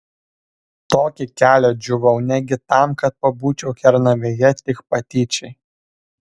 tokį kelią džiūvau negi tam kad pabūčiau kernavėje tik patyčiai